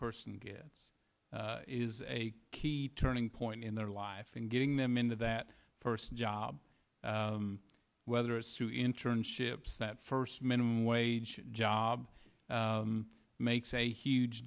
person gets is a key turning point in their life and getting them into that first job whether it's through internships that first minimum wage job makes a huge